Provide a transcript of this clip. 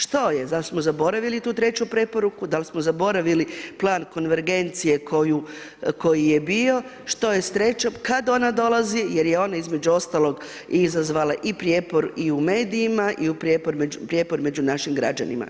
Što je, zar smo zaboravili tu treću preporuku, zar smo zaboravili plan konvergencije koji je bio, što je s trećom, kada ona dolazi, jer je ona između ostalog izazvala i prijepor i u medijima i prijepor među našim građanima.